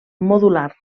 modular